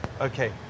okay